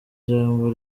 jambo